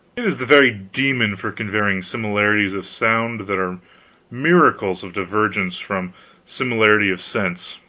it is the very demon for conveying similarities of sound that are miracles of divergence from similarity of sense.